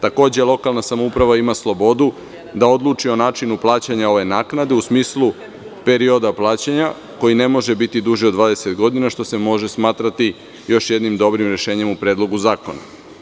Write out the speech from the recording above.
Takođe, lokalna samouprava ima slobodu da odluči o načinu plaćanja ove naknade u smislu perioda plaćanja koji ne može biti duži od 20 godina, što se može smatrati još jednim dobrim rešenjem u Predlogu zakona.